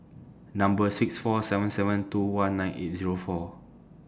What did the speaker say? Number six four seven seven two one nine eight Zero four